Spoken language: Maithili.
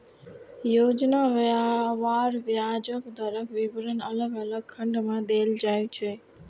योजनावार ब्याज दरक विवरण अलग अलग खंड मे देल जाइ छै